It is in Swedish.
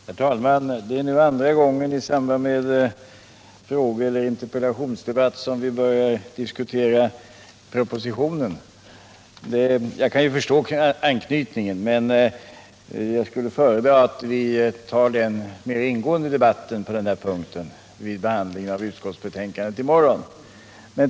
Herr talman! Det är nu andra gången som vi i samband med en frågeeller interpellationsdebatt börjar diskutera propositionen. Jag kan i och för sig förstå anknytningen till den i detta sammanhang, men jag skulle vilja föreslå att vi tar den mera ingående debatten på den här punkten i samband med behandlingen av utskottsbetänkandet i morgon.